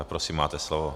Prosím, máte slovo.